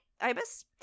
ibis